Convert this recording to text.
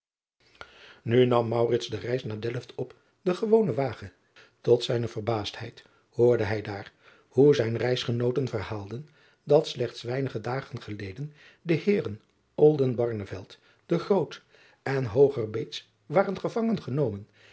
u nam de reis aan naar elft op den gewonen wagen ot zijne verbaasdheid hoorde hij daar hoe zijne reisgenooten verhaalden dat slechts weinige dagen geleden de eeren en waren gevangen genomen